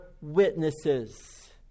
witnesses